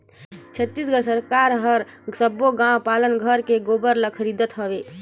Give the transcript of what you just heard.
छत्तीसगढ़ सरकार हर सबो गउ पालन घर के गोबर ल खरीदत हवे